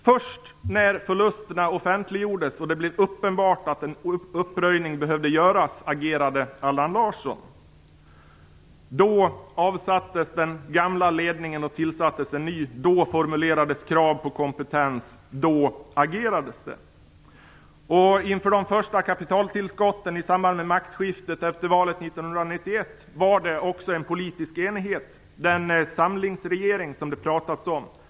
Först när förlusterna offentliggjordes och det blev uppenbart att en uppröjning behövde göras agerade Allan Larsson. Då avsattes den gamla ledningen och en ny tillsattes. Då formulerades krav på kompetens. Då agerades det. Inför de första kapitaltillskotten i samband med maktskiftet efter valet 1991 rådde också en politisk enighet, den s.k. samlingsregering som det har pratats om.